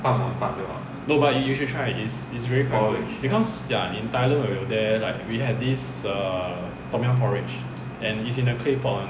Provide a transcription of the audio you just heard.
no but you should try it's very it's very comforting because in thailand when we were there like we has this err tom yum porridge and it is in a claypot [one]